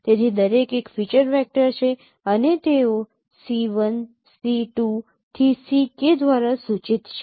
તેથી દરેક એક ફીચર વેક્ટર છે અને તેઓ C1 C2 થી Ck દ્વારા સૂચિત છે